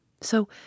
so